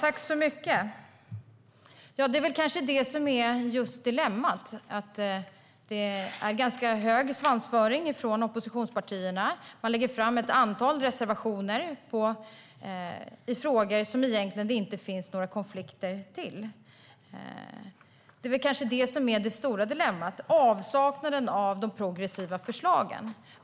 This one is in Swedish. Fru talman! Det är väl just detta som är dilemmat. Oppositionspartierna har ganska hög svansföring. De lägger fram ett antal reservationer i frågor där det egentligen inte finns några konflikter. Kanske är det stora dilemmat avsaknaden av progressiva förslag.